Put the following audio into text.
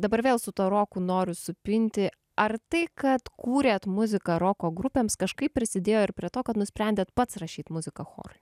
dabar vėl su tuo roku noriu supinti ar tai kad kūrėt muziką roko grupėms kažkaip prisidėjo ir prie to kad nusprendėt pats rašyt muziką chorui